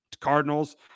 Cardinals